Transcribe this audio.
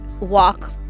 walk